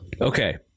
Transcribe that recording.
Okay